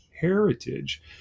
heritage